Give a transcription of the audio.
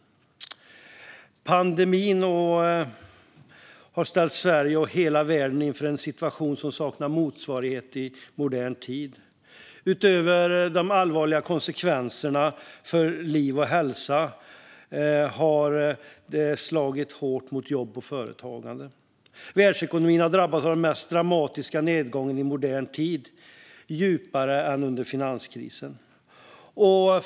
Pandemin har ställt Sverige och hela världen inför en situation som saknar motsvarighet i modern tid. Utöver de allvarliga konsekvenserna för liv och hälsa har den slagit hårt mot jobb och företagande. Världsekonomin har drabbats av den mest dramatiska nedgången i modern tid - djupare än den under finanskrisen.